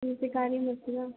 किमपि कार्यमस्ति वा